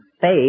faith